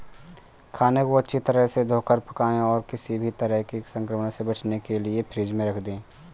खाने को अच्छी तरह से धोकर पकाएं और किसी भी तरह के संक्रमण से बचने के लिए फ्रिज में रख दें